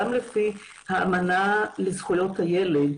גם לפי האמנה לזכויות הילד,